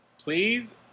Please